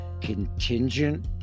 contingent